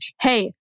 Hey